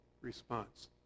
response